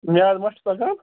مےٚ حظ بۄچھِ لَگان